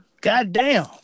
Goddamn